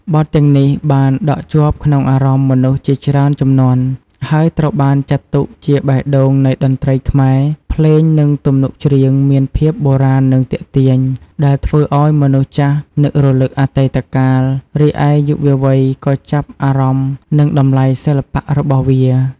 បទទាំងនេះបានដក់ជាប់ក្នុងអារម្មណ៍មនុស្សជាច្រើនជំនាន់ ហើយត្រូវបានចាត់ទុកជាបេះដូងនៃតន្ត្រីខ្មែរ ភ្លេងនិងទំនុកច្រៀងមានភាពបុរាណនិងទាក់ទាញ ដែលធ្វើឱ្យមនុស្សចាស់នឹករលឹកអតីតកាល រីឯយុវវ័យក៏ចាប់អារម្មណ៍នឹងតម្លៃសិល្បៈរបស់វា។